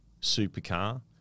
Supercar